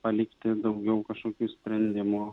palikti daugiau kažkokių sprendimų